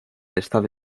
estado